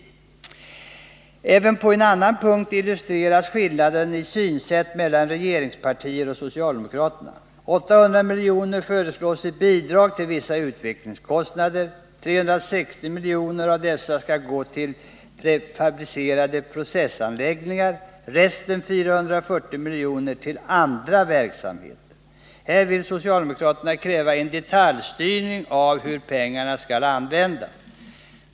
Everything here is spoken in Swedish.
Även på en annan punkt illustreras skillnaden i synsätt mellan regeringspartier och socialdemokraterna. 800 milj.kr. föreslås i bidrag till vissa 67 utvecklingskostnader. 360 miljoner av dessa skall gå till prefabricerade processanläggningar, resten — 440 miljoner — till andra verksamheter. Här vill socialdemokraterna kräva en detaljstyrning av hur pengarna skall användas.